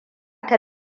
ta